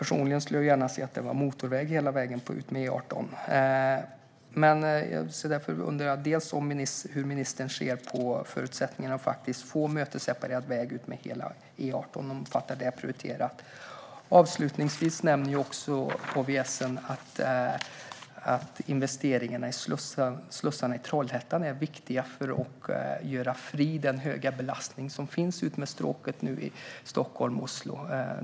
Personligen skulle jag gärna se att E18 var motorväg hela vägen. Därför undrar jag hur ministern ser på förutsättningarna för att faktiskt göra hela E18 mötesseparerad och om det är prioriterat. Avslutningsvis nämns det också i åtgärdsvalsstudien att investeringarna i slussarna i Trollhättan är viktiga med tanke på den stora belastning som nu finns utmed stråket Stockholm-Oslo.